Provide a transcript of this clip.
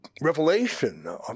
revelation